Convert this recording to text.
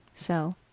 so.